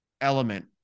element